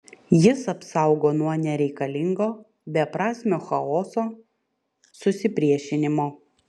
jis apsaugo nuo nereikalingo beprasmio chaoso susipriešinimo